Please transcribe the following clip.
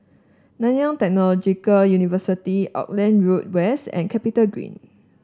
Nanyang Technological University Auckland Road West and CapitaGreen